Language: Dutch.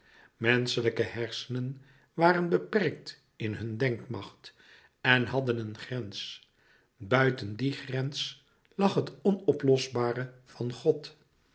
menschelijke hersenen waren beperkt in hun denkmacht en hadden een grens buiten dien grens lag het onoplosbare van god